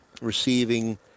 Receiving